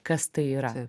kas tai yra